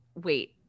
wait